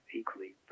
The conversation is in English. equally